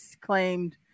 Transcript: claimed